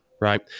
Right